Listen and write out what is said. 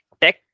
Tech